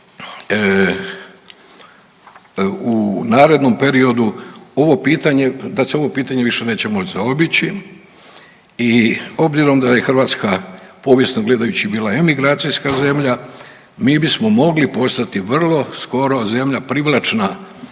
u narednom periodu da se ovo pitanje više neće moći zaobići i obzirom da je Hrvatska povijesno gledajući bila emigracijska zemlja mi bismo mogli postati vrlo skoro zemlja privlačna